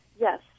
Yes